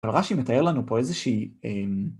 אבל רש"י מתאר לנו פה איזושהי...